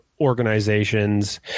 organizations